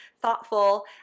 thoughtful